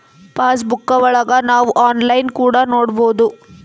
pass ಬುಕ್ಕಾ ಒಳಗ ನಾವ್ ಆನ್ಲೈನ್ ಕೂಡ ನೊಡ್ಬೋದು